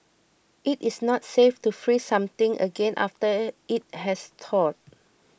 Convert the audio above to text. it is not safe to freeze something again after it has thawed